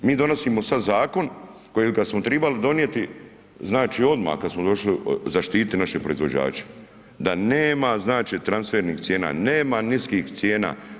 Mi donosimo sad zakon kojega smo tribali donijeti znači odmah kad smo došli zaštititi naše proizvođače da nema znači transfernih cijena, nema niskih cijena.